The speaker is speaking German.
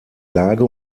lage